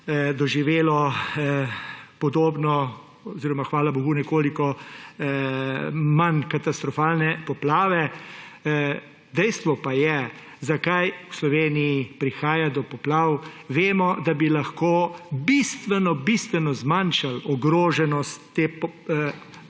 doživelo podobno oziroma ,hvala bogu, nekoliko manj katastrofalne poplave. Dejstvo pa je, zakaj v Sloveniji prihaja do poplav? Vemo, da bi lahko bistveno bistveno zmanjšali ogroženost Slovenije